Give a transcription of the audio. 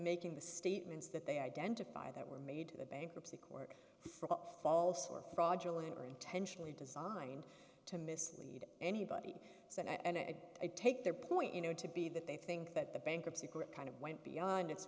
making the statements that they identify that were made to the bankruptcy court for all false or fraudulent or intentionally designed to mislead anybody so they take their point you know to be that they think that the bankruptcy court kind of went beyond it